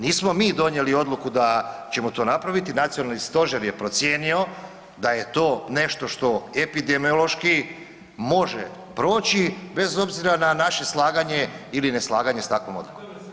Nismo mi donijeli odluku da ćemo to napraviti, nacionalni stožer je procijenio da je to nešto što epidemiološki može proći bez obzira na naše slaganje ili neslaganje s takvom odlukom.